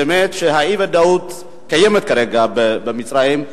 כשקיימת אי-ודאות כרגע במצרים,